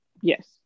yes